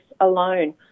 alone